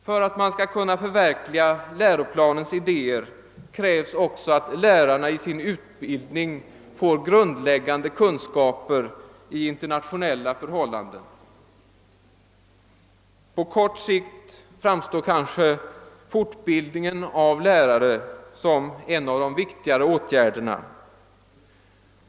För att man skall kunna förverkliga läroplanens idéer krävs också att lärarna i sin utbildning får grundläggande kunskaper om internationella förhållanden. På kort sikt framstår kanske fortbildningen av lärare som en av de viktigare åtgärderna.